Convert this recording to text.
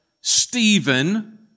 Stephen